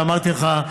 ואמרתי לך,